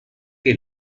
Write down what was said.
que